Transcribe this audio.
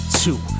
two